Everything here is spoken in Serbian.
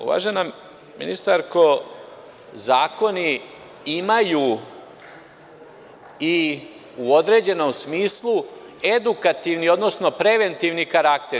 Uvažena ministarko, zakoni imaju i u određenom smislu edukativni odnosno preventivni karakter.